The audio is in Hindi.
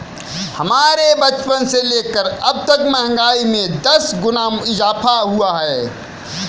हमारे बचपन से लेकर अबतक महंगाई में दस गुना इजाफा हुआ है